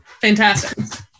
Fantastic